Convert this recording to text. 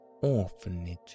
orphanage